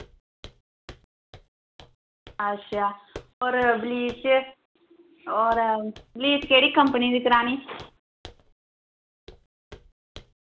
अच्छा और ब्लीच और ब्लीच केह्ड़ी कम्पनी दी करानी